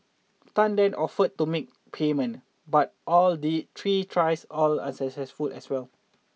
Tan then offered to make payment but all the three tries all was unsuccessful as well